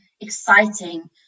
exciting